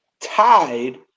tied